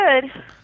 good